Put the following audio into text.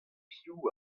piv